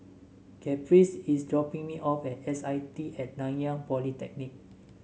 Caprice is dropping me off at S I T At Nanyang Polytechnic